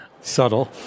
Subtle